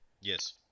Yes